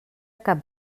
cap